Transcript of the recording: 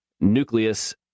nucleus